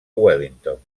wellington